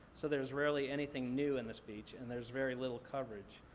so there's rarely anything new in the speech and there's very little coverage.